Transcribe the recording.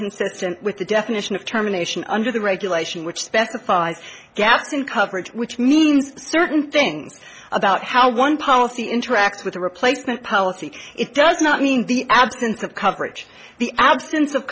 inconsistent with the definition of terminations under the regulation which specifies gaps in coverage which means certain things about how one policy interacts with the replacement policy it does not mean the absence of coverage the absence of